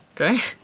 Okay